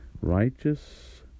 righteous